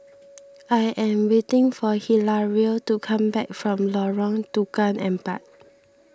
I am waiting for Hilario to come back from Lorong Tukang Empat